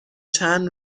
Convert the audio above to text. چند